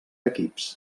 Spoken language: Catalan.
equips